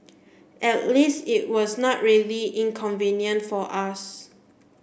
at least it was not really inconvenient for us